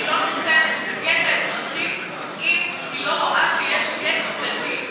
לא נותנת את הגט האזרחי אם היא לא רואה שיש גט דתי.